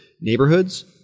neighborhoods